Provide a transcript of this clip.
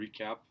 recap